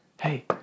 hey